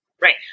Right